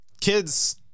kids